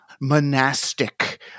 monastic